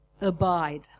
abide